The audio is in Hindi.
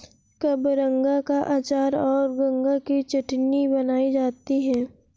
कबरंगा का अचार और गंगा की चटनी बनाई जाती है